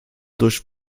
durch